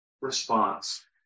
response